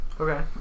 Okay